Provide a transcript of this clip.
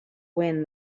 wind